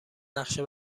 نقشه